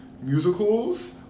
musicals